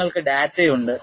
നിങ്ങൾക്ക് ഡാറ്റയുണ്ട്